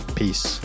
peace